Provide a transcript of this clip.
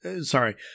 sorry